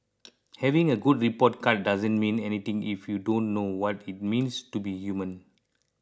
having a good report card doesn't mean anything if you don't know what it means to be human